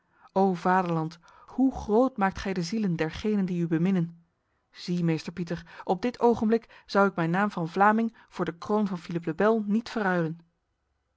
vaderland hoe groot maakt gij de zielen dergenen die u beminnen zie meester pieter op dit ogenblik zou ik mijn naam van vlaming voor de kroon van philippe le bel niet verruilen